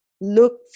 look